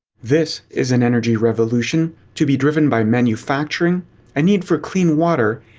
this is an energy revolution to be driven by manufacturing, a need for clean water,